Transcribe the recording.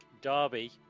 Derby